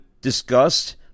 discussed